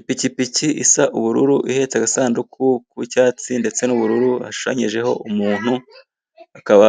Ipikipiki isa ubururu ihetse agasanduku k'icyatsi ndetse n'ubururu hashushanyijeho umuntu hakaba